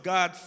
God